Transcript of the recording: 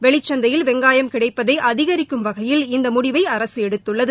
வெளிச்சந்தையில் வெங்காயம் கிடைப்பதைஅதிகரிக்கும் வகையில் இந்தமுடிவைஅரசுஎடுத்துள்ளது